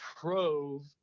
trove